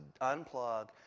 unplug